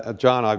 ah john,